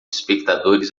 espectadores